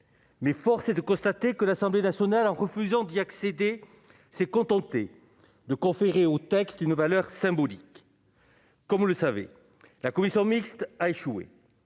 mais force est de constater que l'Assemblée nationale en refusant d'y accéder, s'est contenté de conférer au texte une valeur symbolique. Comme vous le savez, la commission mixte a échoué